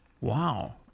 Wow